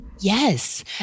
Yes